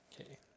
Okay